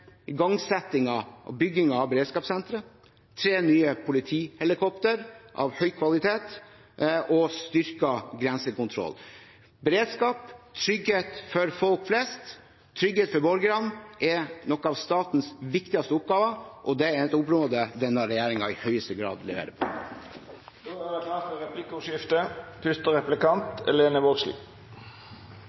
og byggingen av beredskapssenteret, tre nye politihelikopter av høy kvalitet og styrket grensekontroll. Beredskap og trygghet for folk flest – trygghet for borgerne – er en av statens viktigste oppgaver, og det er et område denne regjeringen i høyeste grad leverer på.